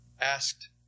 asked